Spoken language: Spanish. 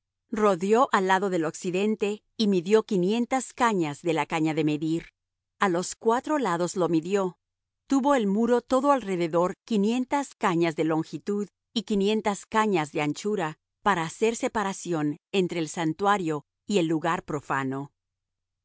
rodeó al lado del occidente y midió quinientas cañas de la caña de medir a los cuatro lados lo midió tuvo el muro todo alrededor quinientas cañas de longitud y quinientas cañas de anchura para hacer separación entre el santuario y el lugar profano